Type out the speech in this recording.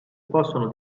possono